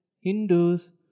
Hindus